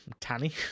Tanny